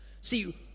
See